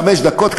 חמש דקות,